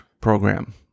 program